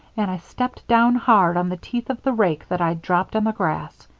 and i stepped down hard on the teeth of the rake that i'd dropped on the grass.